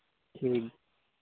ᱴᱷᱤᱠ